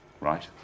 Right